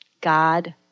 God